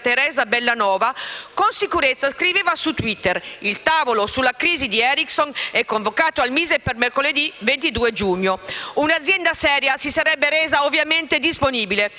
Teresa Bellanova, con sicurezza scriveva su Twitter: «Il tavolo sulla crisi di Ericsson è convocato al MISE per mercoledì 22 giugno». Un'azienda seria si sarebbe resa ovviamente disponibile.